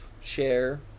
share